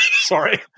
Sorry